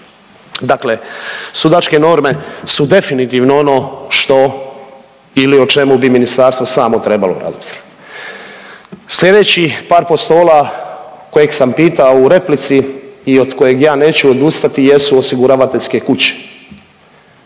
Dakle, sudačke norme su definitivno ono što ili o čemu bi Ministarstvo samo trebalo razmisliti. Sljedeći par postola kojeg sam pitao u replici i od kojeg ja neću odustati jesu osiguravateljske kuće.